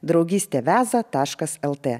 draugystė veza taškas lt